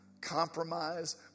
compromise